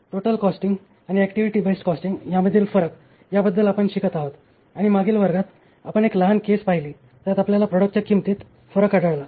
total costing आणि activity based costing यामधील फरक याबद्दल आपण शिकत आहोत आणि मागील वर्गात आपण एक लहान केस पहिली त्यात आपल्याला प्रॉडक्टच्या किंमतीत फरक आढळला